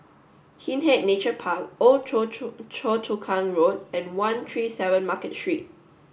Hindhede Nature Park Old Choa Chu Choa Chu Kang Road and one three seven Market Street